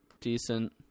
decent